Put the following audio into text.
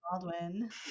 Baldwin